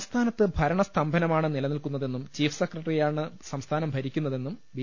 സംസ്ഥാനത്ത് ഭരണസ്തംഭനമാണ് നിലനിൽക്കുന്നതെന്നും ചീഫ് സെക്രട്ടറിയാണ് സംസ്ഥാനം ഭരിക്കുന്നതെന്നും ബി